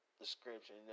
description